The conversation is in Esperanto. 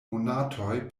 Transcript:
monatoj